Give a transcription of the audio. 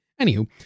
Anywho